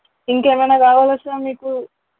ఇంకా ఏమైన కావాలా సార్ మీకు